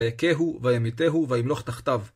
ויכהו, וימיתהו, וימלוך תחתיו.